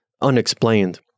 unexplained